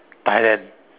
Thailand